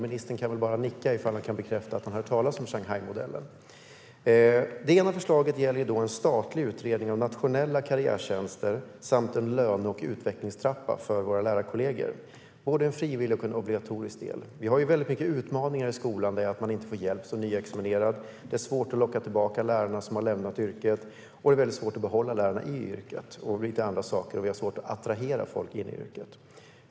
Ministern kan väl bara nicka ifall han kan bekräfta att han har hört talas om Shanghaimodellen. Det ena initiativet gäller en statlig utredning av nationella karriärtjänster samt en löne och utvecklingstrappa för våra lärarkollegor med både en frivillig och en obligatorisk del. Vi har ju många utmaningar i skolan - man får inte hjälp som nyutexaminerad, och det är svårt att locka tillbaka lärare som har lämnat yrket, svårt att behålla lärare i yrket och svårt att attrahera folk till yrket.